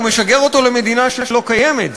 הוא משגר אותו למדינה שלא קיימת,